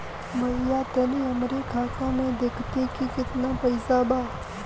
भईया तनि हमरे खाता में देखती की कितना पइसा बा?